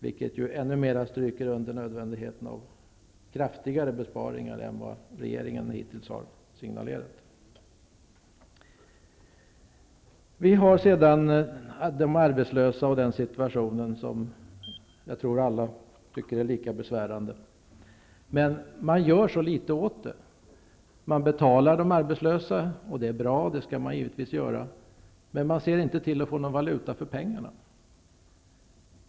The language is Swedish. Det understyker ju ännu mer nödvändigheten av kraftigare besparingar än vad regeringen hittills har signalerat. Sedan har vi de arbetslösa och den situation som jag tror alla tycker är lika besvärande. Regeringen gör så litet åt den. Man betalar de arbetslösa, och det är bra. Det skall man givetvis göra. Men man ser inte till att få någon valuta för pengarna.